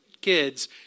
kids